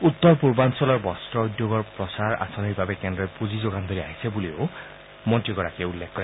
উত্তৰ পূৰ্বাঞ্চলৰ বস্ত্ৰ উদ্যোগৰ প্ৰচাৰ আঁচনিৰ বাবে কেন্দ্ৰই পুঁজি যোগান ধৰি আহিছে বুলিও মন্ত্ৰীগৰাকীয়ে উল্লেখ কৰে